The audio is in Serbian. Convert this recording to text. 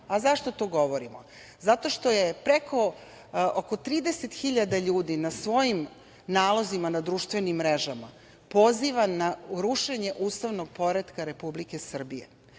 Zašto to govorimo? Zato što oko 30.000 ljudi na svojim nalozima na društvenim mrežama poziva na rušenje ustavnog poretka Republike Srbije. Znači,